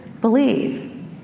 believe